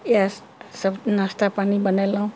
इएह सब नास्ता पानि बनेलहुॅं